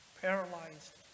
paralyzed